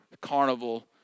carnival